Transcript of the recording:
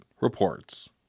reports